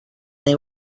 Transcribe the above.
they